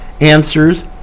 answers